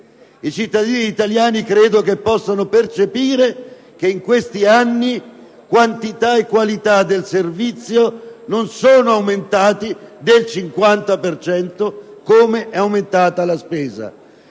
I cittadini italiani credo che possano percepire che in questi anni quantità e qualità del servizio non sono aumentati del 50 per cento, come è aumentata la spesa.